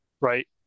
Right